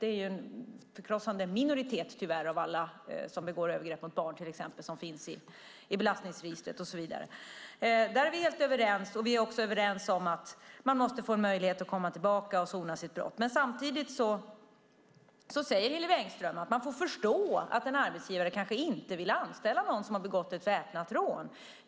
Tyvärr är det en förkrossande minoritet av alla som till exempel begår övergrepp mot barn som finns i belastningsregistret. Där är vi helt överens. Vi är också överens om att man måste få möjlighet att komma tillbaka när man sonat sitt brott. Samtidigt säger Hillevi Engström att man får förstå att en arbetsgivare kanske inte vill anställa någon som begått ett väpnat rån.